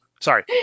Sorry